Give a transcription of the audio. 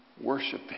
worshiping